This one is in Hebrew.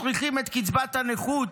שעושה צדק עם החלשים